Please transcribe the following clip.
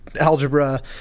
algebra